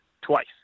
twice